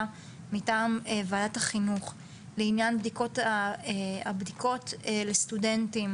מטעם ועדת החינוך לעניין הבדיקות לסטודנטים